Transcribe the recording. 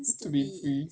to be free